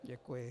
Děkuji.